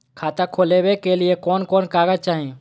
खाता खोलाबे के लिए कौन कौन कागज चाही?